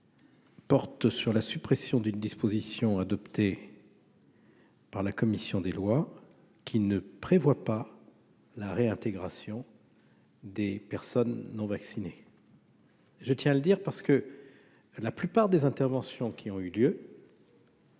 Porte sur la suppression d'une disposition adoptée. Par la commission des lois qui ne prévoit pas la réintégration. Des personnes non vaccinées. Je tiens à le dire parce que la plupart des interventions qui ont eu lieu.